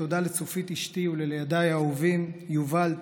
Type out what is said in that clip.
תודה לצופית אשתי ולילדיי האהובים יובל,